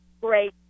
great